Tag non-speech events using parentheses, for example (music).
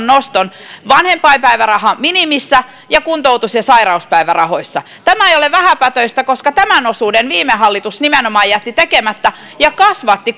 (unintelligible) noston vanhempainpäivärahan minimissä ja kuntoutus ja sairauspäivärahoissa tämä ei ole vähäpätöistä koska tämän osuuden viime hallitus nimenomaan jätti tekemättä ja kasvatti (unintelligible)